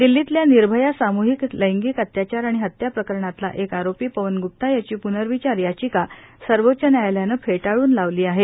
दिल्लीतल्या निर्भया सामुहिक लैंगिक अत्याचार आणि हत्या प्रकरणातला एक आरोपी पवन गुप्ता याची प्नर्विचार याचिका सर्वोच्च न्यायालयानं फेटाळून लावली आहे